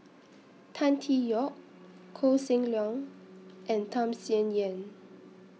Tan Tee Yoke Koh Seng Leong and Tham Sien Yen